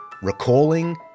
recalling